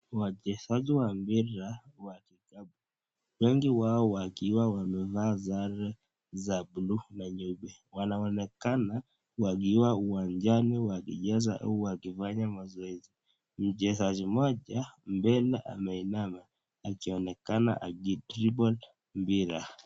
Wachezaji wa mpira wa vikapu. Wengi wao wakiwa wamevaa sare za buluu na nyeupe. Wanaonekana wakiwa uwanjani wakicheza au wakifanya mazoezi. Mchezaji mmoja mbele ameinama akionekana aki [dribble] mpira.